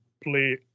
play